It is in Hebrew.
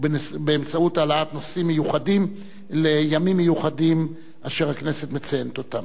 באמצעות העלאת נושאים מיוחדים לימים מיוחדים אשר הכנסת מציינת אותם.